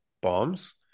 bombs